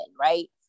right